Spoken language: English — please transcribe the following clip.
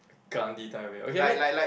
Gandhi type of way okay I mean